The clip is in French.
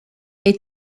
est